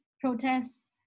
protests